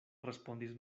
respondis